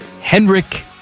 Henrik